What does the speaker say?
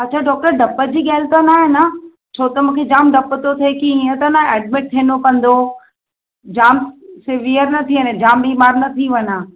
अच्छा डॉक्टर ॾप जी ॻाल्हि त न आहे न जाम ॾप तो थे ईअं त न आहेहे की एडमिट थियणो पवंदो जाम सीवियर न थी वञे जाम बीमार न थी वञां